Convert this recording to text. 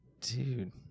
Dude